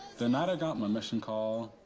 the night i got my mission call.